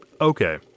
Okay